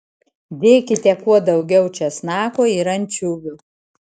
dėkite kuo daugiau česnako ir ančiuvių